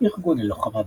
ארגון ללוחמה בשחפת,